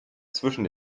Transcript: zwischen